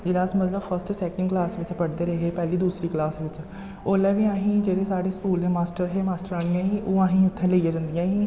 जिल्लै अस मतलब फस्ट सैकंड क्लास बिच्च पढ़दे रेह् हे पैह्ली दूसरी क्लास बिच्च ओल्लै बी असें गी जेह्ड़े साढ़े स्कूल दे मास्टर हे मास्टरानियां ही ओह् असें गी उत्थै लेइयै जंदियां ही